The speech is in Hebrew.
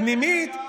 פנימית,